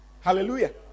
Hallelujah